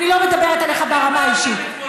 אני לא מדברת עליך ברמה האישית.